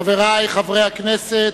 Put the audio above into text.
חברי חברי הכנסת,